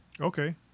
Okay